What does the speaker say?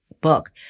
book